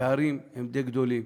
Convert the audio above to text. הפערים הם די גדולים